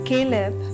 Caleb